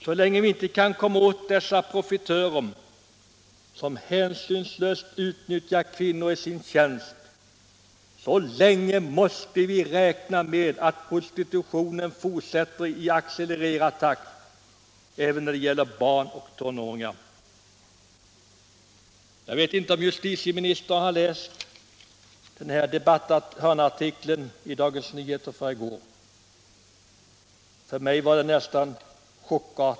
Så länge vi inte kan komma åt dessa profitörer, som hänsynslöst utnyttjar kvinnor i sin tjänst, så länge måste vi räkna med att prostitutionen fortsätter i accelererad takt även när det gäller barn och tonåringar. Jag vet inte om justitieministern läste hörnartikeln i Dagens Nyheter i går. Mig gav den nästan en chock.